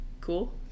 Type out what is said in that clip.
Cool